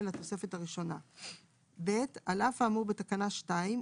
לתוספת הראשונה; (ב) על אף האמור בתקנה 2,